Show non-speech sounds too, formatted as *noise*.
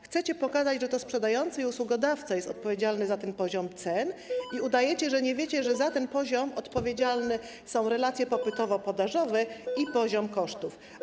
Chcecie pokazać, że to sprzedający i usługodawca są odpowiedzialni za ten poziom cen, *noise* i udajecie, że nie wiecie, że za ten poziom odpowiedzialne są relacje popytowo-podażowe i poziom kosztów.